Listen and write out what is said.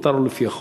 מותר לו לפי החוק,